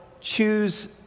Choose